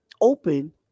open